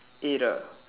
eight ah